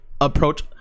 approach